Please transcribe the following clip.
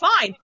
fine